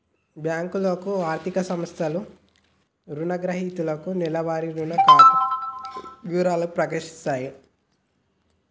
బ్యేంకులు, ఆర్థిక సంస్థలు రుణగ్రహీతలకు నెలవారీ రుణ ఖాతా వివరాలను ప్రకటిత్తయి